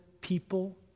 people